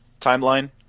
timeline